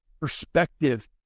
perspective